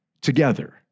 together